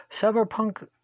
Cyberpunk